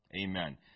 Amen